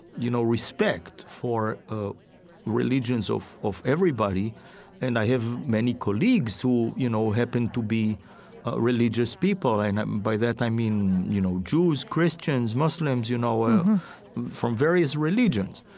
you know respect for ah religions of of everybody and i have many colleagues who you know happen to be religious people. and by that i mean, you know, jews, christians, muslims, you know um from various religions.